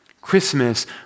Christmas